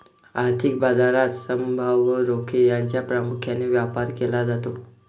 आर्थिक बाजारात समभाग व रोखे यांचा प्रामुख्याने व्यापार केला जातो